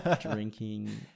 drinking